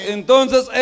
entonces